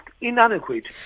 inadequate